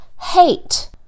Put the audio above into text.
hate